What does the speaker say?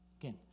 Again